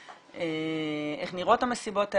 איך נראות המסיבות האלה,